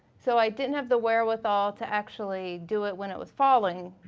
so i didn't have the wherewithal to actually do it when it was falling.